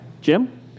Jim